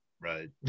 Right